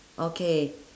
okay